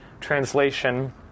translation